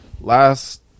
last